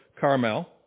Carmel